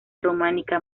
románica